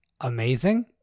amazing